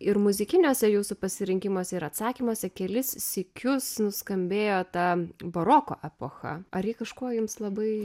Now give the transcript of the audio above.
ir muzikiniuose jūsų pasirinkimuose ir atsakymuose kelis sykius nuskambėjo ta baroko epocha ar ji kažkuo jums labai